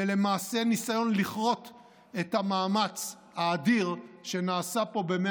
ולמעשה ניסיון לכרות את המאמץ האדיר שנעשה פה ב-100